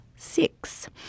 Six